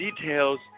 details